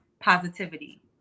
positivity